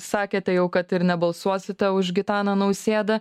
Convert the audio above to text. sakėte jau kad ir nebalsuosite už gitaną nausėdą